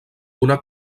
una